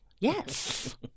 Yes